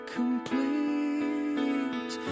complete